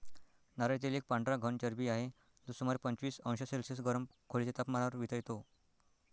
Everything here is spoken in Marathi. नारळ तेल एक पांढरा घन चरबी आहे, जो सुमारे पंचवीस अंश सेल्सिअस गरम खोलीच्या तपमानावर वितळतो